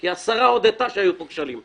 כי השרה הודתה שהיו פה כשלים.